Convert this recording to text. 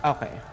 Okay